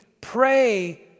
pray